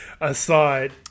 Aside